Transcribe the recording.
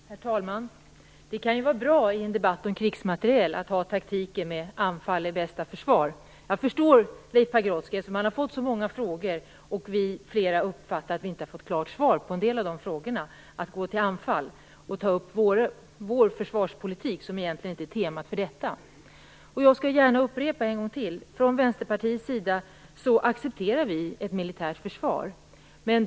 Herr talman! Det kan vara bra att i en debatt om krigsmateriel använda sig av taktiken anfall är bästa försvar. Jag förstår Leif Pagrotsky. Han har fått många frågor, men flera av oss har uppfattat att vi inte har fått något klart svar. Leif Pagrotsky går till anfall och tar upp vår försvarspolitik, som egentligen inte är temat för denna debatt. Jag skall gärna upprepa ytterligare en gång: Vi i Vänsterpartiet accepterar ett militärt försvar.